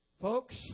Folks